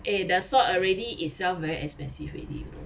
eh that salt already itself very expensive already